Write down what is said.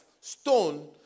stone